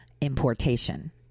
importation